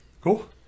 Cool